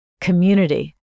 community